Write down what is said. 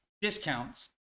discounts